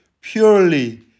purely